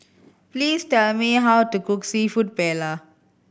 please tell me how to cook Seafood Paella